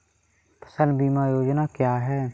फसल बीमा योजना क्या है?